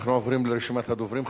אנחנו עוברים לרשימת הדוברים.